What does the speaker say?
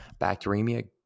Bacteremia